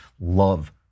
Love